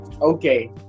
Okay